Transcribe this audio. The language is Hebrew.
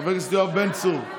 חבר הכנסת יואב בן צור,